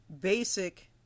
basic –